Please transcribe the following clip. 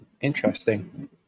interesting